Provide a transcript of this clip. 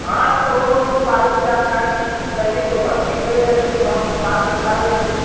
हाँ तो लोन वोन के बारे में जानकारी चाहिए तो बहुत नीचे चले जाइए वहाँ विस्तार से बता देंगे